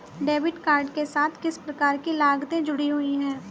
Debit card के साथ किस प्रकार की लागतें जुड़ी हुई हैं?